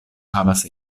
havas